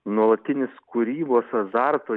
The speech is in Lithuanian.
nuolatinis kūrybos azarto